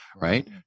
right